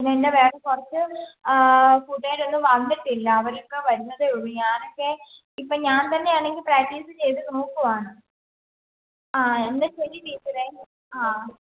പിന്നെ എൻ്റെ വേറെ കുറച്ച് കൂട്ടുകാരികൾ വന്നിട്ടില്ല അവരൊക്കെ വരുന്നതേ ഉള്ളു ഞാനൊക്കെ ഇപ്പം ഞാൻ തന്നെയാണെങ്കിൽ പ്രാക്റ്റീസ് ചെയ്ത് നോക്കുവാണ് ആ എന്നാൽ ശരി ടീച്ചറെ ആ